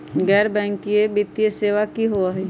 गैर बैकिंग वित्तीय सेवा की होअ हई?